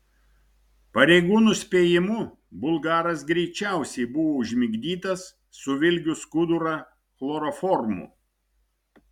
pareigūnų spėjimu bulgaras greičiausiai buvo užmigdytas suvilgius skudurą chloroformu